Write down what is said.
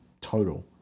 total